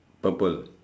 purple